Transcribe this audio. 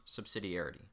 subsidiarity